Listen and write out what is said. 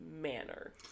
manner